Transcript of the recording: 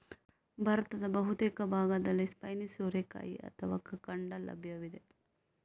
ಭಾರತದ ಬಹುತೇಕ ಭಾಗಗಳಲ್ಲಿ ಸ್ಪೈನಿ ಸೋರೆಕಾಯಿ ಅಥವಾ ಕಂಕಡ ಲಭ್ಯವಿದೆ